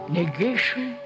negation